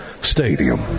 Stadium